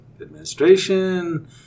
administration